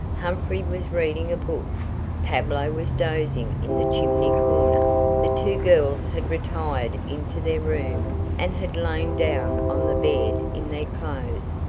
humphrey was reading a book pablo was dozing in the chimney corner the two girls had retired into their room and had lain down on the bed in their clothes,